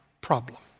problem